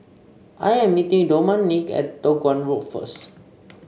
I am meeting Domonique at Toh Guan Road first